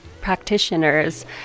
practitioners